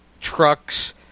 trucks